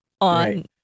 on